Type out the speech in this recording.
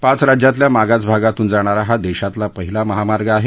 पाच राज्यातल्या मागास भागातून जाणारा हा देशातला पहिला महामार्ग आहे